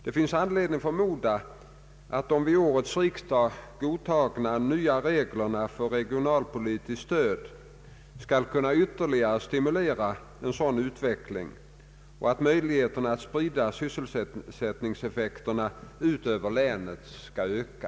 Det finns anledning förmoda att de vid årets riksdag godtagna nya reglerna för regionalpolitiskt stöd skall ytterligare stimulera en sådan utveckling och att möjligheterna att sprida sysselsättningseffekterna ut över länet skall öka.